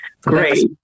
Great